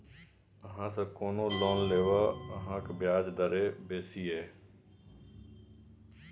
अहाँसँ कोना लोन लेब अहाँक ब्याजे दर बेसी यै